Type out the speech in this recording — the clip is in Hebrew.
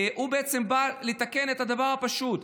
בא לתקן את הדבר הפשוט: